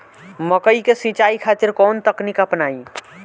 मकई के सिंचाई खातिर कवन तकनीक अपनाई?